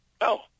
No